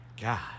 God